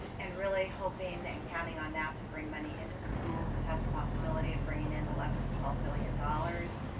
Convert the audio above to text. and really hoping and counting on that to bring money into the schools, it has the possibility of bringing in eleven to twelve billion dollars.